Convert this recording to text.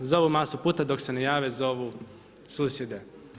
Zovu masu puta dok se ne jave, zovu susjede.